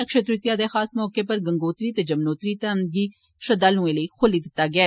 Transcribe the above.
अक्षय तृतिया दे खास मौके पर गंगोत्री ते यमनोत्री धाम गी श्रद्धालुएं लेई खोल्ली दित्ता गेआ